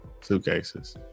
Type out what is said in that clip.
suitcases